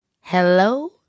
Hello